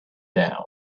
down